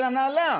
של ההנהלה